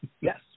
Yes